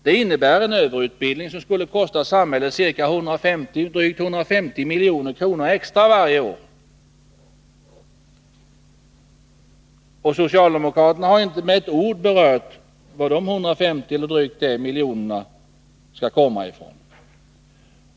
Det medför en överutbildning som skulle kosta samhället drygt 150 milj.kr. extra varje år. Socialdemokraterna har inte heller med ett enda ord berört varifrån dessa miljoner skall komma.